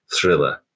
thriller